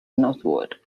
northward